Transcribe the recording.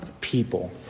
people